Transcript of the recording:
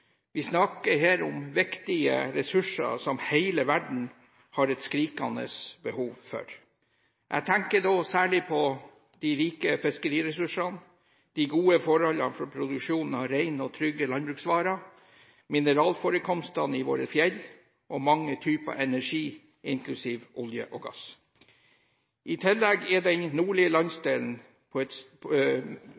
Vi snakker her om viktige ressurser som hele verden har et skrikende behov for. Jeg tenker da særlig på de rike fiskeriressursene, de gode forholdene for produksjon av reine og trygge landbruksvarer, mineralforekomstene i våre fjell og mange typer energi inklusiv olje og gass. I tillegg er den nordlige